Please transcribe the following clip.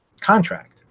contract